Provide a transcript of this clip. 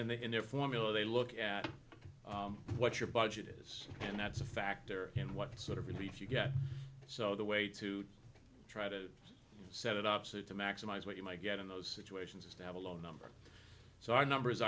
then they and their formula they look at what your budget is and that's a factor in what sort of relief you get so the way to try to set it up so to maximize what you might get in those situations is to have a low number so our numbers